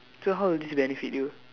so how does this benefit you